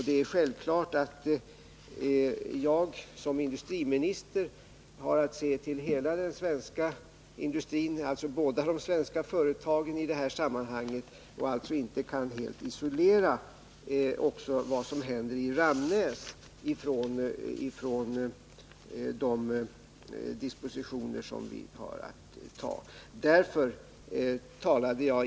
Det är självklart att jag som industriminister har att se till hela den svenska industrin, alltså båda de svenska företagen i detta sammanhang, och inte helt kan isolera vad som händer i Ramnäs från 155 de dispositioner som vi har att ta.